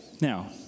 Now